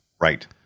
Right